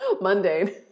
Mundane